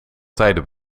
tijden